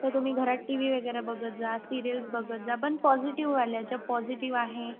तर तुम्ही घरात टी व्ही वगैरे बघत जा सिरियल्स बघत जा पण पॉजिटिववाल्या ज्या पॉजिटिव आहे